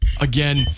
again